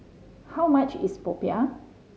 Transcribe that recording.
how much is popiah